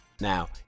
Now